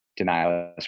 denialist